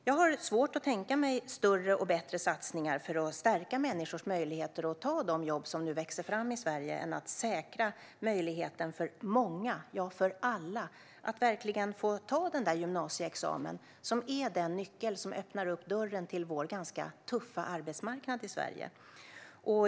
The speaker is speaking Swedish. Jag har svårt att tänka mig större och bättre satsningar för att stärka människors möjligheter att ta de jobb som nu växer fram i Sverige än att säkra möjligheten för många, ja, för alla, att verkligen få ta den där gymnasieexamen som är den nyckel som öppnar dörren till vår ganska tuffa arbetsmarknad i Sverige.